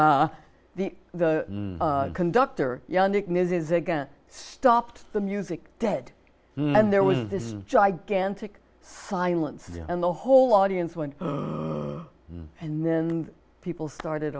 in the conductor stopped the music dead and there was this gigantic silence and the whole audience went and then people started